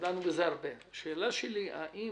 השאלה שלי האם